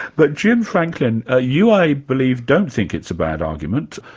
but jim franklin, ah you i believe don't think it's a bad argument,